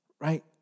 right